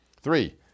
Three